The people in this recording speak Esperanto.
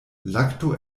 lakto